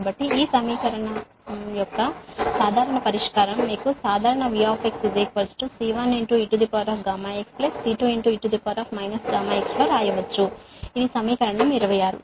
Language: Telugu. కాబట్టి ఈ సమీకరణ యొక్క సాధారణ పరిష్కారం మీకు సాధారణ VxC1eγxC2e γx లో వ్రాయవచ్చు ఇది సమీకరణం 26